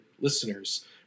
listeners